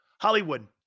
Hollywood